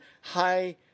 high